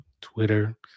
Twitter